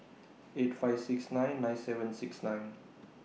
eight five six nine nine seven six nine